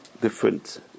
different